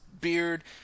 beard